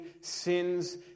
sins